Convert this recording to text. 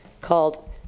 called